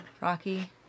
Rocky